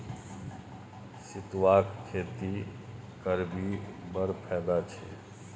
सितुआक खेती करभी बड़ फायदा छै